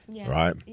right